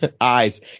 eyes